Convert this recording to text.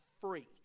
free